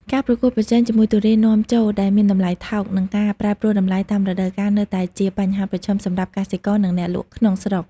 ការប្រកួតប្រជែងជាមួយទុរេននាំចូលដែលមានតម្លៃថោក និងការប្រែប្រួលតម្លៃតាមរដូវកាលនៅតែជាបញ្ហាប្រឈមសម្រាប់កសិករ និងអ្នកលក់ក្នុងស្រុក។